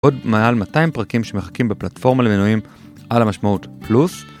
עוד מעל 200 פרקים שמחכים בפלטפורמה למינויים על המשמעות פלוס.